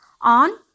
on